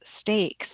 stakes